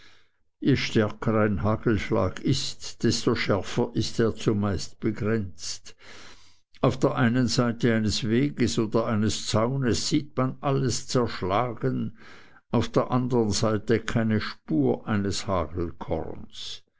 je stärker ein hagelschlag ist desto schärfer ist er zumeist begrenzt auf der einen seite eines weges oder eines zaunes sieht man alles zerschlagen auf der andern keine spur eines